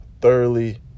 thoroughly